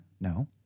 No